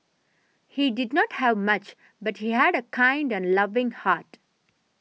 he did not have much but he had a kind and loving heart